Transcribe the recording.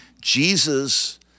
Jesus